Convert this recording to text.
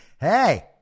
Hey